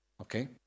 Okay